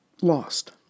lost